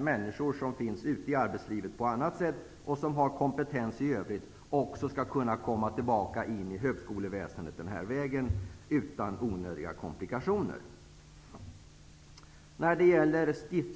Människor som finns ute i arbetslivet på annat sätt och som har kompetens, skall också kunna komma tillbaka in i högskoleväsendet den här vägen utan onödiga komplikationer.